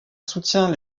soutient